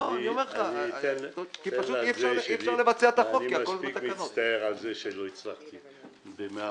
שנה, אני מספיק מצטער על זה שלא הצלחתי ב-100%,